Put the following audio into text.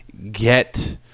Get